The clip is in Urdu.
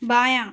بایاں